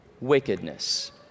wickedness